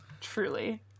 Truly